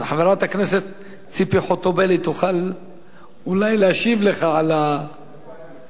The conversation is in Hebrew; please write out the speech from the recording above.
אז חברת הכנסת ציפי חוטובלי תוכל אולי להשיב לך על הטענות.